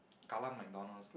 Kallang McDonald's